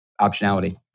optionality